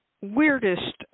weirdest